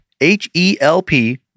H-E-L-P